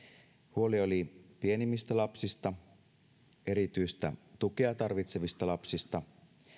huoli oli pienimmistä lapsista erityistä tukea tarvitsevista lapsista